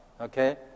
okay